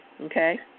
Okay